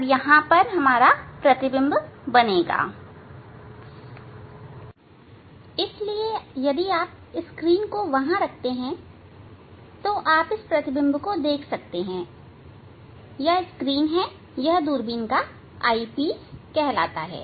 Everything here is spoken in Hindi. अब यहां प्रतिबिंब बनेगा इसलिए यदि आप स्क्रीन को वहां रखते हैं तो आप इस प्रतिबिंब को देख सकते हैं यह स्क्रीन है यह दूरबीन का आई पीस कहलाता है